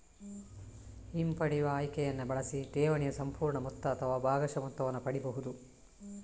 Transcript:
ಹಿಂಪಡೆಯುವ ಆಯ್ಕೆಯನ್ನ ಬಳಸಿ ಠೇವಣಿಯ ಸಂಪೂರ್ಣ ಮೊತ್ತ ಅಥವಾ ಭಾಗಶಃ ಮೊತ್ತವನ್ನ ಪಡೀಬಹುದು